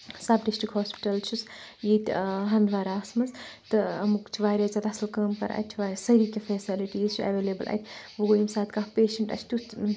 سَب district hospital چھُس ییٚتہِ ہَنٛدواراہَس منٛز تہٕ امیُک چھُ واریاہ زیادٕ اَصٕل کٲم کَران اَتہِ چھِ واریاہ سٲری کیٚنٛہہ فیسَلٹیٖز چھِ ایویلیبٕل اَتہِ وونۍ گوٚو ییٚمہِ ساتہٕ کانٛہہ پیشَنٛٹ اَسہِ تیُتھ